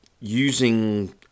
using